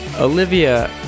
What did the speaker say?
Olivia